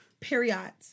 Period